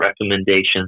recommendations